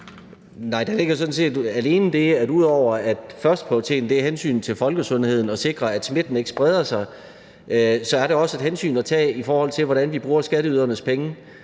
(EL): Der ligger sådan set alene det i det, at ud over at førsteprioriteten er hensynet til folkesundheden og at sikre, at smitten ikke spreder sig, så er der også et hensyn at tage, i forhold til hvordan vi bruger skatteydernes penge.